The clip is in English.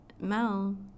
Mel